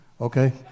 okay